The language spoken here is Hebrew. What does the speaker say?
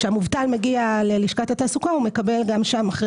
כשהמובטל מגיע ללשכת התעסוקה הוא מקבל גם שם אחרי